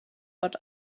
what